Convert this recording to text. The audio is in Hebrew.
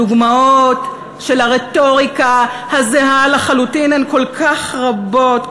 הדוגמאות של הרטוריקה הזהה לחלוטין הן כל כך רבות,